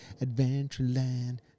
Adventureland